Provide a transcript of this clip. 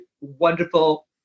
wonderful